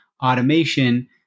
automation